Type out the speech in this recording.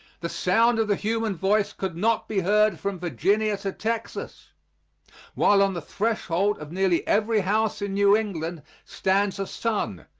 the sound of the human voice could not be heard from virginia to texas while on the threshold of nearly every house in new england stands a son,